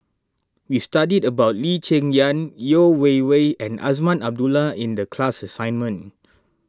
we studied about Lee Cheng Yan Yeo Wei Wei and Azman Abdullah in the class assignment